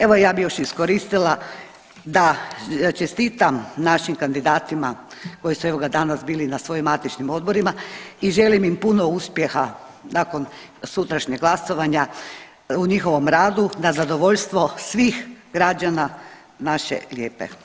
Evo ja bi još iskoristila da čestitam našim kandidatima koji su evo ga danas bili na svojim matičnim odborima i želim im puno uspjeha nakon sutrašnjeg glasovanja u njihovom radu na zadovoljstvo svih građana naše lijepe.